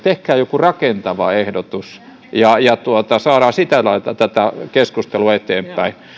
tehkää joku rakentava ehdotus ja ja saadaan sillä lailla tätä keskustelua eteenpäin